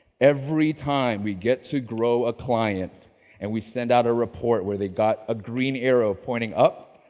every time we get to grow a client and we send out a report, where they got a green arrow pointing up,